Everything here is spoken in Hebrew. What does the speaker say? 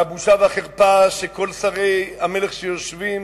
והבושה והחרפה שכל שרי המלך שיושבים